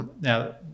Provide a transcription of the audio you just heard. Now